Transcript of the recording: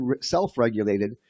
self-regulated